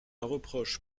reproche